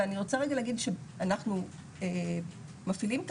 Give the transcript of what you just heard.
ואני רוצה רגע להגיד שאנחנו מפעילים את